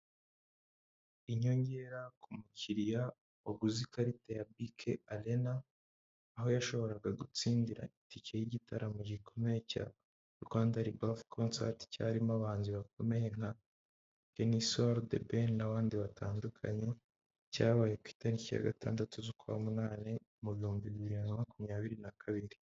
Inyongera ku mukiriya waguze ikarita ya bike arena aho yashoboraga gutsindira itike y'igitaramo gikomeye cya Rwanda ribafu konsati cyarimo abahanzi bakomeye nka Kenny Solo, The ben n'abandi batandukanye, cyabaye ku itariki ya gatandatu z'ukwa munani mu bihumbi bibiri na makumyabiri na kabiri.